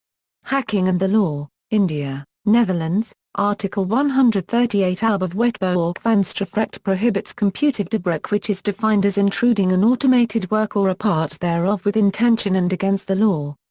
hacking and the law india netherlands article one hundred and thirty eight ab of wetboek van strafrecht prohibits computervredebreuk which is defined as intruding an automated work or a part thereof with intention and against the law.